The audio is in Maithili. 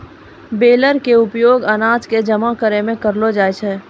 बेलर के उपयोग अनाज कॅ जमा करै मॅ करलो जाय छै